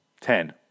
Ten